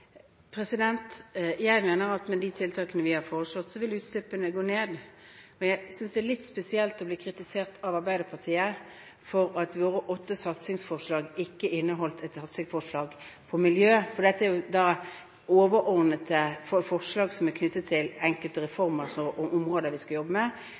Jeg mener at med de tiltakene vi har foreslått, vil utslippene gå ned. Jeg synes det er litt spesielt å bli kritisert av Arbeiderpartiet for at våre åtte satsingsforslag ikke inneholdt et særskilt forslag om miljø, for dette er overordnede forslag knyttet til enkelte reformer og områder vi skal jobbe med.